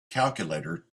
calculator